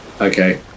Okay